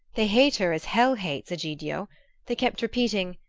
they hate her as hell hates, egidio they kept repeating,